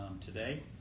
today